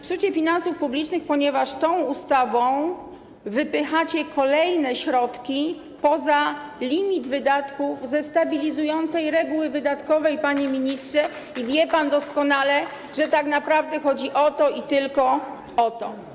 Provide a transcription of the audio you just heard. Psucie finansów publicznych - ponieważ tą ustawą wypychacie kolejne środki poza limit wydatków ze stabilizującej reguły wydatkowej, panie ministrze, i wie pan doskonale, że tak naprawdę chodzi o to i tylko o to.